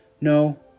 No